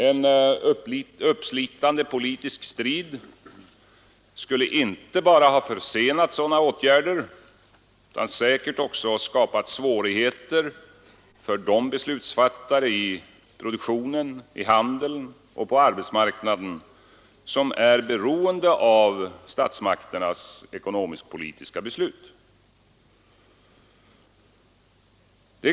En uppslitande politisk strid skulle inte bara ha försenat sådana åtgärder utan säkert också skapat svårigheter för de beslutsfattare i produktionen, i handeln och på arbetsmarknaden som är beroende av statsmakternas ekonomisk-politiska beslut.